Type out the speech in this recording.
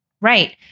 right